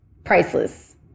priceless